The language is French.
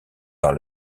par